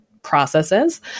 processes